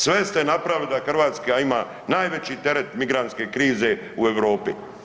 Sve ste napravili da Hrvatska ima najveći teret migrantske krize u Europi.